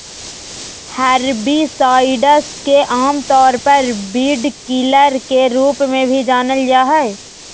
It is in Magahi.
हर्बिसाइड्स के आमतौर पर वीडकिलर के रूप में भी जानल जा हइ